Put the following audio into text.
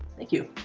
thank you.